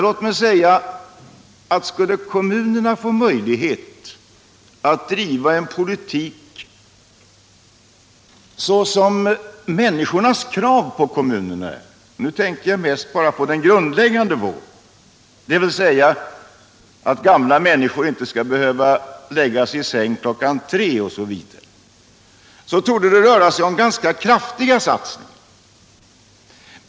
Låt mig säga att skulle kommunerna få möjlighet att driva en politik som svarar mot människornas krav på kommunerna — jag tänker då mest på den grundläggande vården, dvs. att gamla människor inte skall behöva läggas i säng kl. 15 osv. — så torde det röra sig om ganska kraftiga satsningar.